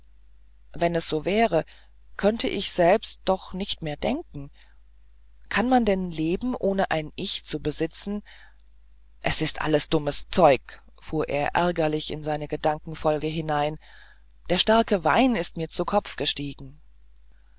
wenn es so wäre könnte ich selbst doch nicht mehr denken kann man denn leben ohne ein ich zu besitzen es ist alles dummes zeug fuhr er ärgerlich in seine gedankenfolge hinein der starke wein ist mir zu kopf gestiegen